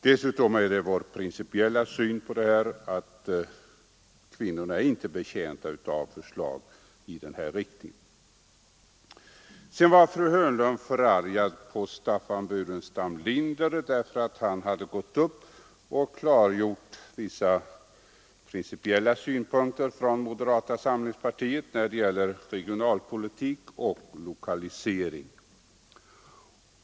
Dessutom är vår principiella syn på denna fråga att kvinnorna inte är betjänta av förslag i den riktning, som propositionen föreslår. Sedan var fru Hörnlund förargad på Staffan Burenstam Linder därför att han hade klargjort vissa principiella synpunkter hos moderata samlingspartiet när det gäller regionalpolitik och lokalisering.